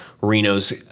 Reno's